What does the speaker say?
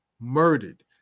murdered